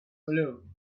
hollow